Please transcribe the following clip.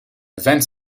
vingt